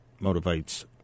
motivates